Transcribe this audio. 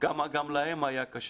כמה גם להם היה קשה.